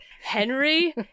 Henry